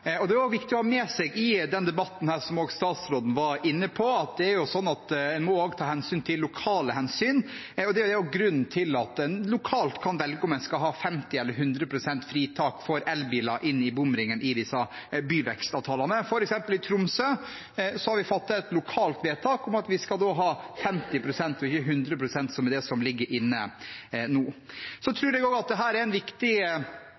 Det er viktig å ha med seg i denne debatten, som statsråden også var inne på, at en må også ta hensyn til lokale forhold. Det er også grunnen til at en lokalt kan velge om en skal ha 50 pst. eller 100 pst. fritak for bompenger for elbiler i bomringene i byvekstavtalene. I Tromsø, f.eks., har vi fattet et lokalt vedtak om at vi skal ha 50 pst. fritak og ikke 100 pst., som er det som ligger inne nå. Jeg tror også at dette er en viktig